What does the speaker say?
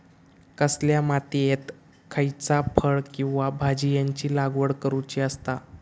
कसल्या मातीयेत खयच्या फळ किंवा भाजीयेंची लागवड करुची असता?